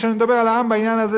וכשאני מדבר על העם בעניין הזה,